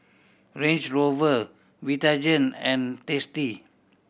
Range Rover Vitagen and Tasty